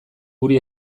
guri